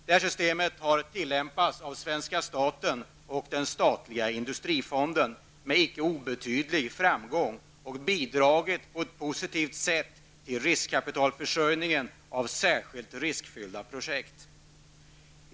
Det här systemet har tillämpats av svenska staten och den statliga industrifonden med icke obetydlig framgång och på ett positivt sätt bidragit till riskkapitalförsörjningen av särskilt riskfyllda projekt.